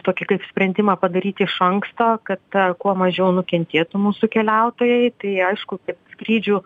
tokį sprendimą padaryti iš anksto kad kuo mažiau nukentėtų mūsų keliautojai tai aišku kad skrydžių